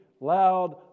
loud